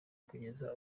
kugeza